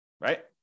right